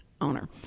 owner